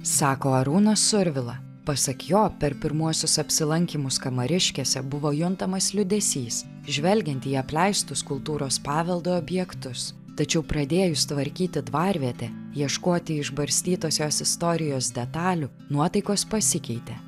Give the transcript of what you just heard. sako arūnas survila pasak jo per pirmuosius apsilankymus kamariškėse buvo juntamas liūdesys žvelgiant į apleistus kultūros paveldo objektus tačiau pradėjus tvarkyti dvarvietę ieškoti išbarstytos jos istorijos detalių nuotaikos pasikeitė